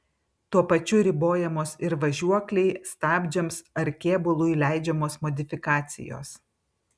tuo pačiu ribojamos ir važiuoklei stabdžiams ar kėbului leidžiamos modifikacijos